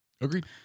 Agreed